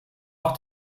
auch